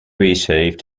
received